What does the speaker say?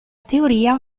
teoria